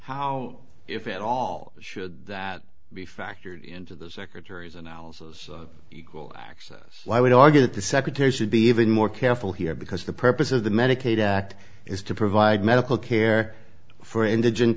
how if at all should that be factored into the secretary's analysis of equal access why would argue that the secretary should be even more careful here because the purpose of the medicaid act is to provide medical care for indigent